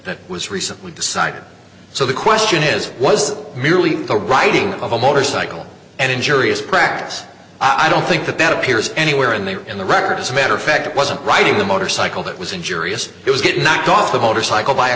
that was recently decided so the question is was it merely the writing of a motorcycle and injurious practice i don't think that that appears anywhere in the in the record as a matter of fact it wasn't riding the motorcycle that was injuriously it was getting knocked off the motorcycle by a